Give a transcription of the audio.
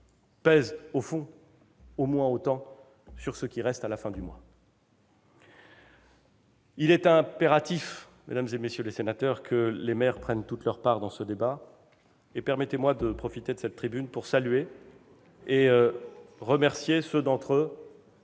pèsent au fond au moins autant sur ce qui reste à la fin du mois. Il est impératif, mesdames, messieurs les sénateurs, que les maires prennent toute leur part dans ce débat. Permettez-moi de profiter de cette tribune pour saluer et remercier ceux d'entre eux